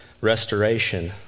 Restoration